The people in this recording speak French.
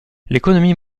l’économie